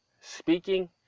speaking